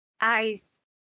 ice